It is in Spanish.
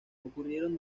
ocurrieron